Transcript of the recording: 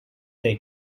they